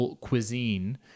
cuisine